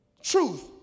Truth